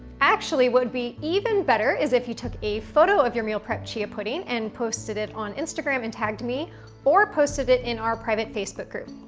actually, what'd be even better is if you took a photo of your meal prep chia pudding and posted it on instagram and tagged me or posted it in our private facebook group,